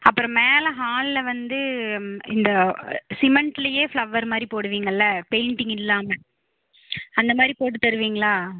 அப்புறம் மேலே ஹாலில் வந்து இந்த சிமண்ட்லயே ஃப்ளவர் மாதிரி போடுவீங்கல்ல பெய்ண்டிங் இல்லாமல் அந்த மாதிரி போட்டு தருவிங்களா